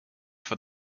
for